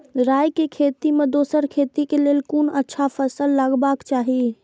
राय के खेती मे दोसर खेती के लेल कोन अच्छा फसल लगवाक चाहिँ?